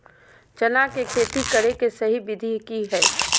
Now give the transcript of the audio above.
चना के खेती करे के सही विधि की हय?